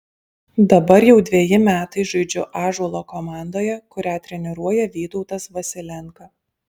dabar jau dveji metai žaidžiu ąžuolo komandoje kurią treniruoja vytautas vasilenka